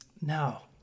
Now